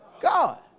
God